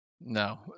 No